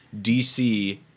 DC